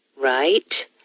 Right